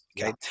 okay